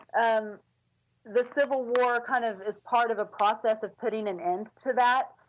um the civil war kind of is part of a process of putting and end to that.